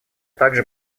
также